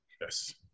yes